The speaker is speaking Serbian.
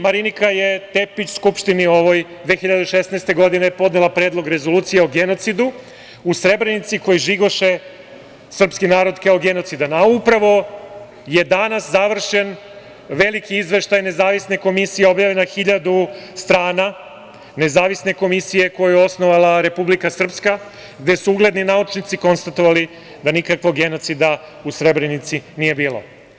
Marinika Tepić je Skupštini ovoj 2016. godina podnela predlog rezolucije o genocidu u Srebrenici koji žigoše srpski narod kao genocidan, a upravo je danas završen veliki izveštaj Nezavisne komisije, objavljen na 1.000 strana, koju je osnovala Republika Srpska gde su ugledni naučnici konstatovali da nikakvog genocida u Srebrenici nije bilo.